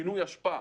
פינוי אשפה.